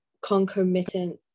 concomitant